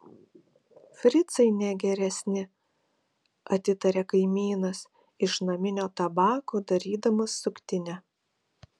fricai ne geresni atitaria kaimynas iš naminio tabako darydamas suktinę